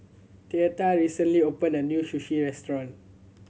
Theta recently opened a new Sushi Restaurant